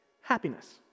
Happiness